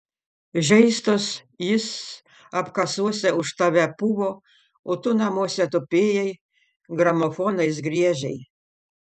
žeistos jis apkasuose už tave puvo o tu namuose tupėjai gramofonais griežei